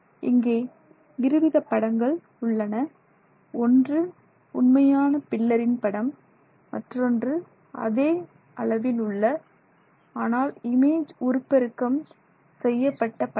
இங்கே இருவித படங்கள் உள்ளன ஒன்று உண்மையான பில்லரின் படம் மற்றொன்று அதே அளவில் உள்ள ஆனால் இமேஜ் உருப்பெருக்கம் செய்யப்பட்ட படம்